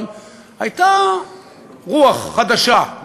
אבל הייתה רוח חדשה,